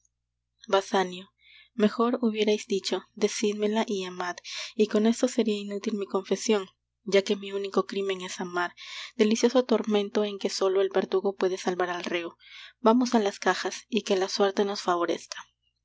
basanio mejor hubierais dicho decídmela y amad y con esto seria inútil mi confesion ya que mi único crímen es amar delicioso tormento en que sólo el verdugo puede salvar al reo vamos á las cajas y que la suerte nos favorezca